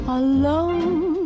alone